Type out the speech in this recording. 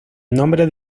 nombres